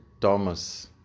Thomas